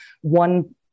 one